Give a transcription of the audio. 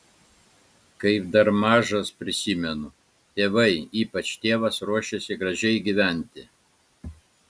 kaip dar mažas prisimenu tėvai ypač tėvas ruošėsi gražiai gyventi